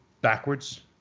backwards